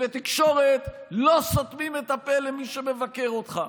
ובתקשורת לא סותמים את הפה למי שמבקר אותך.